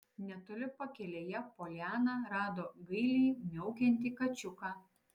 netoli pakelėje poliana rado gailiai miaukiantį kačiuką